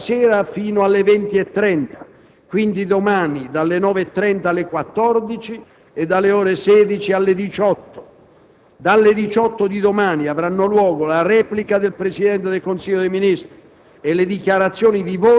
che proseguirà questa sera fino alle ore 20,30, quindi domani, dalle ore 9,30 alle ore 14 e dalle ore 16 alle ore 18. Dalle ore 18 di domani avranno luogo la replica del Presidente del Consiglio dei ministri